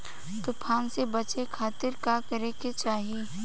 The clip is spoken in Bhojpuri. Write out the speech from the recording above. तूफान से बचे खातिर का करे के चाहीं?